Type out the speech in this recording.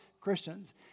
Christians